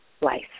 life